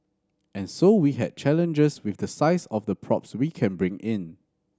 and so we had challenges with the size of the props we can bring in